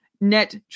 net